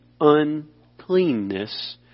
uncleanness